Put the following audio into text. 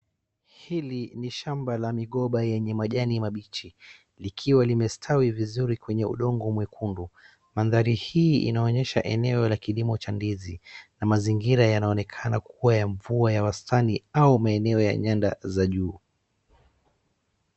Hili ni shamba la migomba lenye majani mabichi likiwa limestawi vizuri kwenye udongo mwekundu, mandhari hii inaonyesha eneo la kilimo cha ndizi na mazingira yanaonekana kuwa ya mvua ya wastani au maeneo ya nyanda za juu.